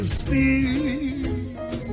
speak